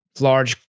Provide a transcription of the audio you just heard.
large